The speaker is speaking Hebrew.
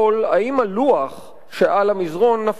האם הלוח שעל המזנון נפל,